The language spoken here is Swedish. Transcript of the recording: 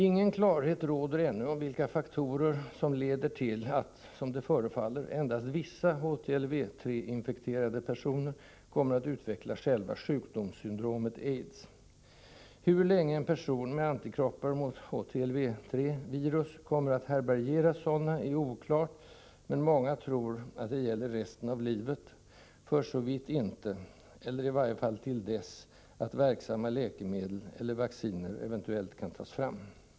Ingen klarhet råder ännu om vilka faktorer som leder till att — som det förefaller — endast vissa HTLV III-infekterade personer kommer att utveckla själva sjukdomssyndromet AIDS. Hur länge en person med antikroppar mot HTLV III-virus kommer att härbärgera sådana är oklart, men många tror att det gäller resten av livet — för såvitt inte, eller i varje fall till dess, verksamma läkemedel eller vacciner eventuellt kan tas fram.